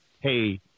hey